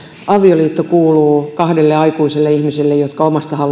avioliitto kuuluu kahdelle aikuiselle ihmiselle jotka omasta